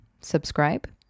subscribe